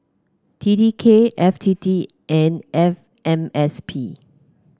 T T K F T T and F M S P